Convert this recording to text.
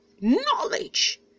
knowledge